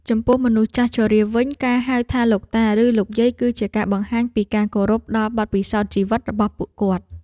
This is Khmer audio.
ចំពោះមនុស្សចាស់ជរាវិញការហៅថាលោកតាឬលោកយាយគឺជាការបង្ហាញពីការគោរពដល់បទពិសោធន៍ជីវិតរបស់ពួកគាត់។